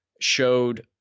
showed